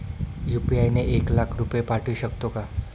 UPI ने एक लाख रुपये पाठवू शकतो का?